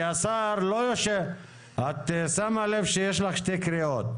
כי השר לא יושב --- את שמה לב שיש לך שני קריאות.